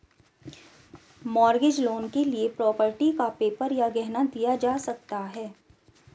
mortgage loan के लिए property का पेपर या गहना दिया जा सकता है